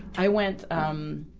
i went, um,